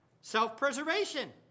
self-preservation